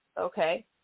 okay